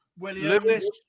Lewis